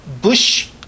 Bush